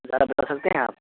ذرا بتا سکتے ہیں آپ